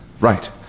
Right